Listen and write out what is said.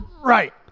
Right